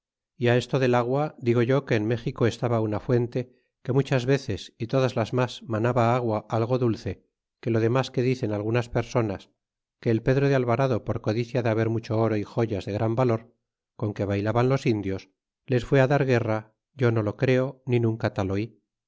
e esto del agua digo yo que en méxico estaba una fuente que muchas veces y todas las mas manaba agua algo dulce que lo demas que dicen algunas personas que el pedro de alvarado por codicia de haber mucho oro y joyas de gran valor con que baylaban los indios les fué dar guerra yo no lo creo ni nunca tal oí